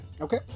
okay